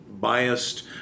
biased